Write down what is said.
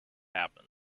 happen